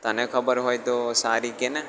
તને ખબર હોય તો સારી કહે ને